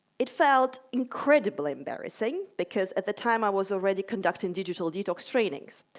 it felt incredibly embarrassing, because at the time i was already conducting digital detox trainings.